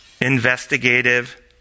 investigative